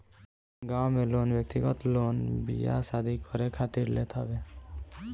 गांव में लोग व्यक्तिगत लोन बियाह शादी करे खातिर लेत हवे